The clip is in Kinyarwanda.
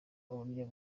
uburyo